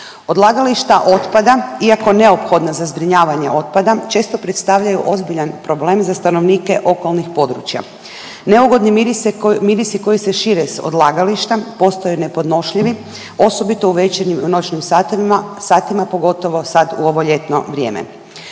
Odlagališta otpada iako neophodna za zbrinjavanje otpada, često predstavljaju ozbiljan problem za stanovnike okolnih područja. Neugodni mirisi koji se šire s odlagališta postaju nepodnošljivi osobito u večernjim i noćnim satima pogotovo sad u ovo ljetno vrijeme.